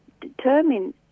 determine